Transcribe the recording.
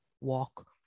walk